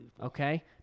Okay